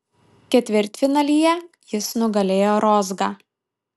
ketvirtfinalyje jis nugalėjo rozgą